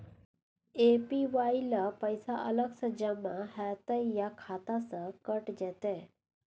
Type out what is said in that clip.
APY ल पैसा अलग स जमा होतै या खाता स कैट जेतै?